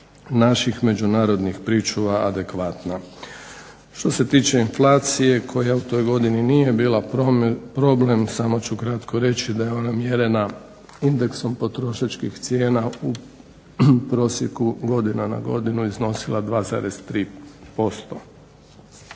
naših međunarodnih pričuva adekvatna. Što se tiče inflacije koja u toj godini nije bila problem samo ću kratko reći da je ona mjerena indeksom potrošačkih cijena u prosjeku godina na godinu iznosila 2,3%.